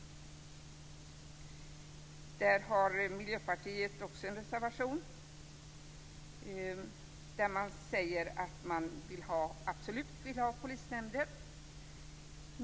I fråga om detta har Miljöpartiet också en reservation, i vilken man säger att man absolut vill ha polisnämnder.